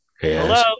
Hello